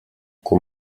kui